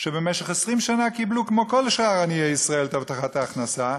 שבמשך 20 שנה קיבלו כמו כל שאר עניי ישראל את הבטחת ההכנסה,